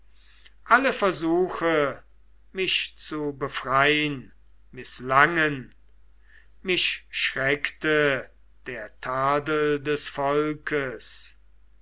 alle versuche mich zu befrein mißlangen mich schreckte der tadel des volkes